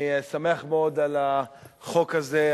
אני שמח מאוד על החוק הזה,